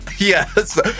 Yes